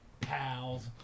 pals